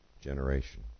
generation